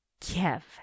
Kiev